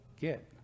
get